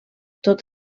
tot